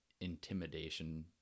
intimidation